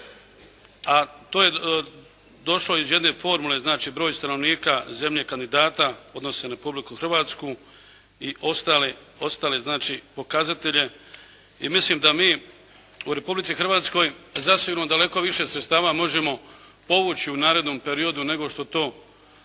a to je došlo iz jedne formule, znači broj stanovnika zemlje kandidata odnose se na Republiku Hrvatsku i ostale znači pokazatelje i mislim da mi u Republici Hrvatskoj zasigurno daleko više sredstava možemo povući u narednom periodu nego što to